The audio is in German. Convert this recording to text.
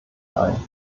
ein